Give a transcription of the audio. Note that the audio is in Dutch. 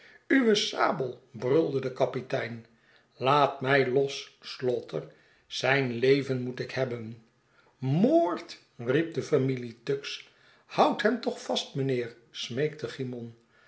uwe sabel brulde de kapitein laat mij los slaughter zijn leven moet ik hebben moord riep de familie tuggs houd hem toch vast mijnheer smeekte cymon